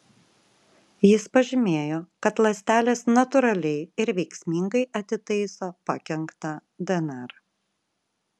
jis pažymėjo kad ląstelės natūraliai ir veiksmingai atitaiso pakenktą dnr